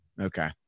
Okay